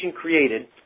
created